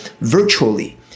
virtually